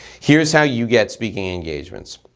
here's how you get speaking engagements.